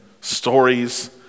stories